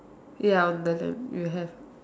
ya on the left you have